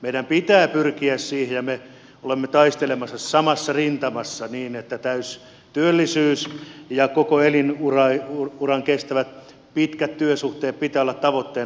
meidän pitää pyrkiä siihen ja me olemme taistelemassa samassa rintamassa niin että täystyöllisyyden ja koko elinuran kestävien pitkien työsuhteiden pitää olla tavoitteena